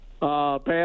past